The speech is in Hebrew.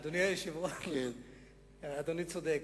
אדוני היושב-ראש, אדוני צודק.